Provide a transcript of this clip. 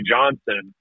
Johnson